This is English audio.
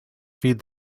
feed